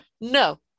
No